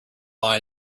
mine